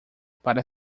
para